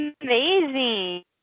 amazing